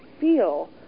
feel